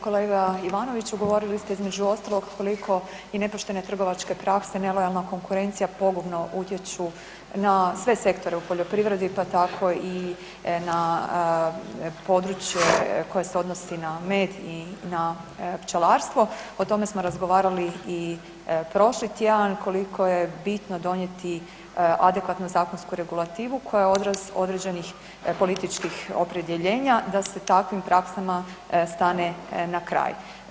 Kolega Ivanoviću, govorili ste između ostalog koliko je nepoštene trgovačke prakse, nelojalna konkurencija pogubno utječu na sve sektore u poljoprivredi pa tako i na područje koje se odnosi na med i na pčelarstvo, o tome smo razgovarali i prošli tjedan koliko je bitno donijeti adekvatnu zakonsku regulativu koja je odraz određenih političkih opredjeljenja da se takvim praksama stane na kraj.